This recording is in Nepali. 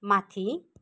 माथि